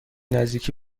نزدیکی